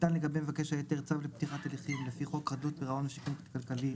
ניתן לגבי מבקש ההיתר צו לפתיחת הליכים לפי חוק חדל"פ או שיקום כלכלי,